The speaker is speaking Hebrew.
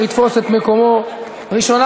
הצעת החוק התקבלה בקריאה ראשונה,